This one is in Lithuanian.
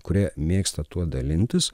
kurie mėgsta tuo dalintis